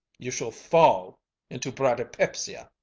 you shall fall into bradypepsia.